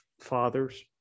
fathers